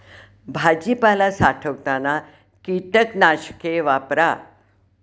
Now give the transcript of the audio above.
भाजीपाला साठवताना कीटकनाशके वापरा